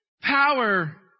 Power